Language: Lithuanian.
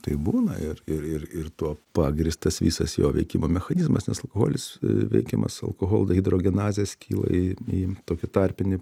tai būna ir ir ir ir tuo pagrįstas visas jo veikimo mechanizmas nes alkoholis veikiamas alkoholdehidrogenazės skyla į į tokį tarpinį